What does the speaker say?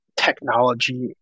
technology